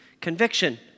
conviction